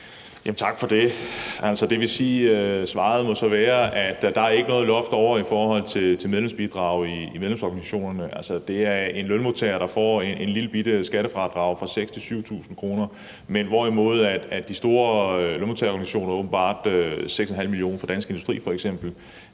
Tak for det. Det vil sige, at svaret så må være, at der ikke er noget loft i forhold til medlemsbidrag i medlemsorganisationerne. Det er altså en lønmodtager, der får et lillebitte skattefradrag på 6.000-7.000 kr., hvorimod de store interesseorganisationer åbenbart – 6,5 mio. kr. for Dansk Industri